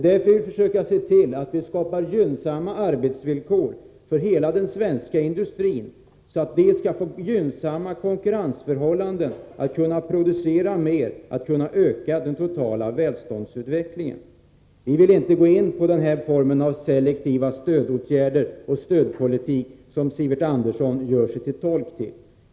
Det är därför vi vill försöka skapa gynnsamma arbetsvillkor för hela den svenska industrin, så att den skall få gynnsamma konkurrensförhållanden och kunna producera mer och öka den totala välståndsutvecklingen. Vi vill inte gå in på den här formen av selektiva stödåtgärder och den stödpolitik som Sivert Andersson gör sig till tolk för.